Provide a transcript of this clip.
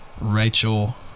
rachel